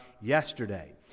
yesterday